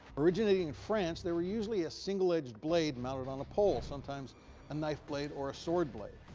originating in france, they were usually a single-edged blade mounted on a pole, sometimes a knife blade or a sword blade.